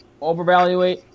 overvalue